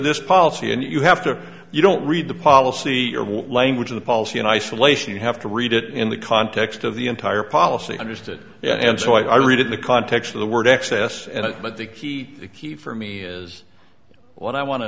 this policy and you have to you don't read the policy language of the policy in isolation you have to read it in the context of the entire policy understood and so i read in the context of the word excess and but the key key for me is what i want to